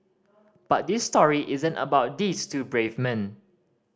but this story isn't about these two brave men